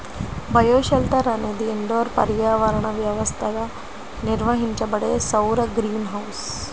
bioshelter అనేది indoor పర్యావరణ వ్యవస్థగా నిర్వహించబడే సౌర గ్రీన్ హౌస్